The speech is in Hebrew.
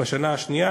בשנה השנייה.